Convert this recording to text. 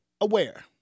aware